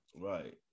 Right